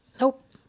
Nope